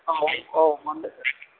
औ औ मा होनदों